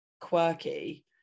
quirky